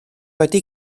wedi